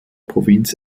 provinz